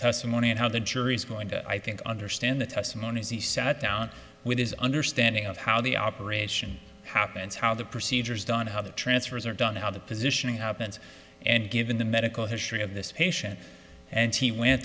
testimony and how the jury's going to i think understand the testimony as he sat down with his understanding of how the operation happens how the procedures done how the transfers are done how the positioning happens and given the medical history of this patient and he went